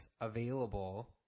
available